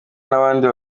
n’abandi